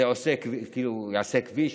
זה יעשה כאילו כביש,